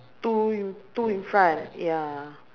two two in front ya